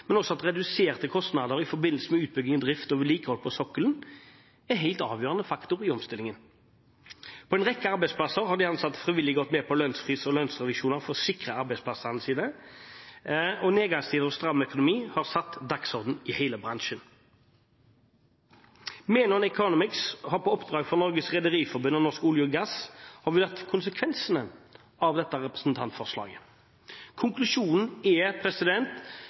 men også reduserte kostnader i forbindelse med utbygging, drift og vedlikehold på sokkelen er en helt avgjørende faktor i omstillingen. På en rekke arbeidsplasser har de ansatte frivillig gått med på lønnsfrys og lønnsreduksjoner for å sikre arbeidsplassene sine, og nedgangstider og stram økonomi har satt dagsorden i hele bransjen. Menon Economics har på oppdrag for Norges Rederiforbund og Norsk olje og gass vurdert konsekvensene av dette representantforslaget. Konklusjonen er